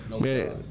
Man